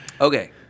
Okay